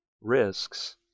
risks